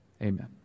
Amen